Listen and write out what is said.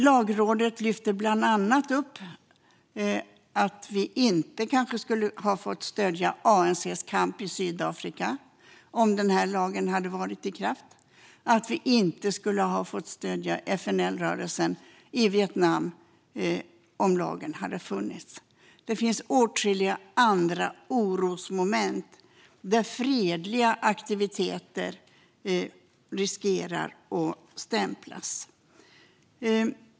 Lagrådet lyfter bland annat upp att vi kanske inte skulle ha fått stödja ANC:s kamp i Sydafrika eller FNL-rörelsen i Vietnam om denna lag hade varit i kraft. Det finns åtskilliga andra orosmoment där fredliga aktiviteter riskerar att stämplas.